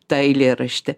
tą eilėraštį